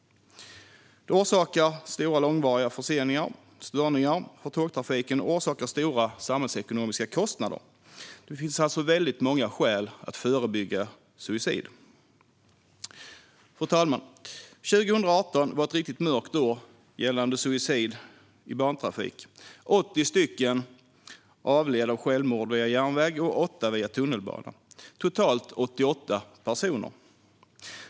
Det orsakar både stora och långvariga störningar för tågtrafiken och stora samhällsekonomiska kostnader. Det finns alltså väldigt många skäl att förebygga suicid. Fru talman! År 2018 var ett riktigt mörkt år gällande suicid i bantrafik. 80 personer avled av självmord via järnväg och 8 via tunnelbana, totalt 88 personer.